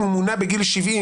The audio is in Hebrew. אם הוא מונה בגיל 70,